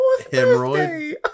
hemorrhoid